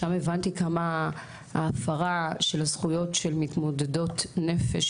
שם הבנתי כמה ההפרה של הזכויות של מתמודדות נפש,